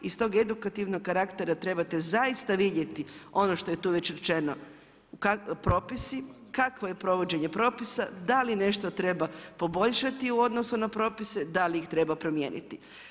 Iz tog edukativnog karaktere treba zaista vidjeti ono što je tu već rečeno, propisi, kakvo je provođenje propisa, da li nešto treba poboljšati u odnosu na propise, da li ih treba promijeniti.